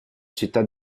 città